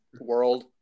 world